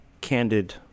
candid